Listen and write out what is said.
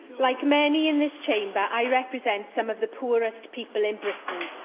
like many in this chamber, i represent some of the poorest people in britain,